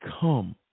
come